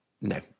No